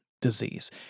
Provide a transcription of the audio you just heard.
disease